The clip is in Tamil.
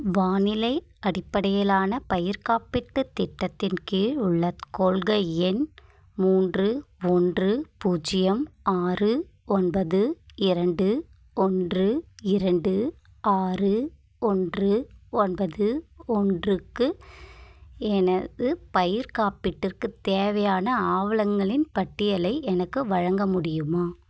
வானிலை அடிப்படையிலான பயிர் காப்பீட்டு திட்டத்தின் கீழ் உள்ள கொள்கை எண் மூன்று ஒன்று பூஜ்ஜியம் ஆறு ஒன்பது இரண்டு ஒன்று இரண்டு ஆறு ஒன்று ஒன்பது ஒன்றுக்கு எனது பயிர் காப்பீட்டிற்கு தேவையான ஆவணங்களின் பட்டியலை எனக்கு வழங்க முடியுமா